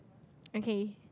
okay